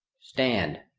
stand,